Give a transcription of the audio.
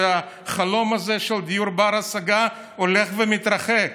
שהחלום הזה של דיור בר-השגה הולך ומתרחק.